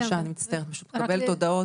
קיבלתי הודעות